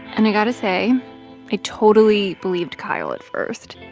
and i got to say i totally believed kyle at first,